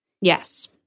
yes